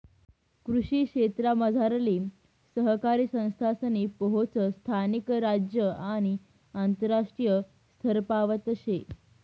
कृषी क्षेत्रमझारली सहकारी संस्थासनी पोहोच स्थानिक, राज्य आणि आंतरराष्ट्रीय स्तरपावत शे